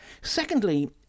Secondly